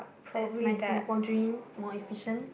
that's my Singapore dream more efficient